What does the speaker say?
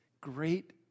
great